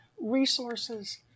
resources